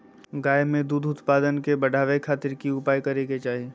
गाय में दूध उत्पादन के बढ़ावे खातिर की उपाय करें कि चाही?